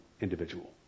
individual